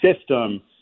system